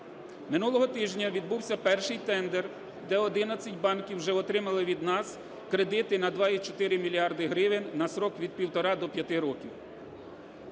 Минулого тижня відбувся перший тендер, де 11 банків вже отримали від нас кредити на 2,4 мільярда гривень на строк від 1,5 до 5 років.